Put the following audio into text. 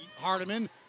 Hardiman